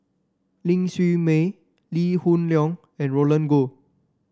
Ling Siew May Lee Hoon Leong and Roland Goh